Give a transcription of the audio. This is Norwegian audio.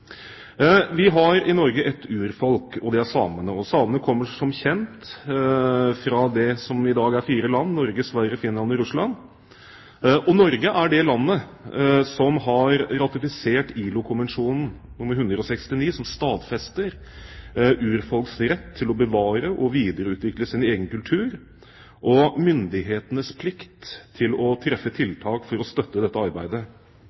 Vi har i Norge ett urfolk, og det er samene. Samene kommer som kjent fra det som i dag er fire land: Norge, Sverige, Finland og Russland. Norge er det landet som har ratifisert ILO-konvensjon nr. 169, som stadfester urfolks rett til å bevare og videreutvikle sin egen kultur, og myndighetenes plikt til å treffe tiltak for å støtte dette arbeidet.